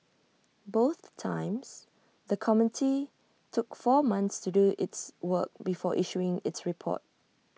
both times the committee took four months to do its work before issuing its report